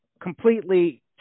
completely